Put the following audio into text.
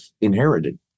inherited